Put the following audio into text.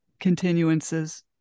Continuances